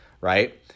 right